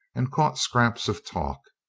and caught scraps of talk.